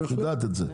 את יודעת את זה,